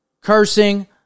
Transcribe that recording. cursing